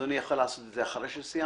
אדוני יכול לעשות את זה אחרי שסיימנו?